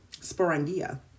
sporangia